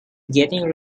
getting